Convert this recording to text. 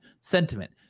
sentiment